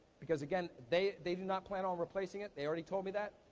because, again they they do not plan on replacing it, they already told me that.